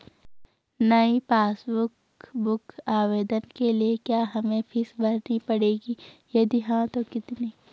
नयी passbook book आवेदन के लिए क्या हमें फीस भरनी पड़ेगी यदि हाँ तो कितनी?